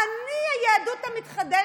אני היהדות המתחדשת.